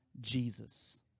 Jesus